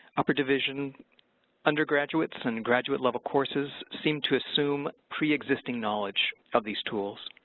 upper division undergraduates and graduate level courses seemed to assume pre-existing knowledge of these tools.